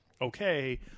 okay